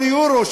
כל יורו,